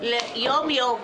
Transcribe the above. יום יום,